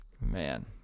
man